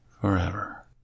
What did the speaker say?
Forever